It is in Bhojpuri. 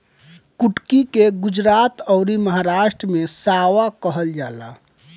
कुटकी के गुजरात अउरी महाराष्ट्र में सांवा कहल जाला